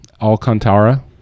Alcantara